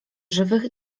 żywych